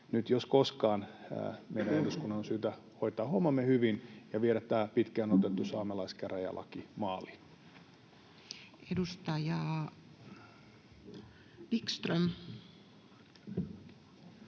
nyt, jos koskaan, meidän eduskunnan on syytä hoitaa hommamme hyvin ja viedä tämä pitkään odotettu saamelaiskäräjälaki maaliin. [Speech